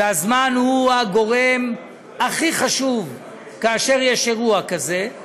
והזמן הוא הגורם הכי חשוב כאשר יש אירוע כזה,